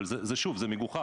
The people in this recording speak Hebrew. אבל זה מגוחך.